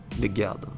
together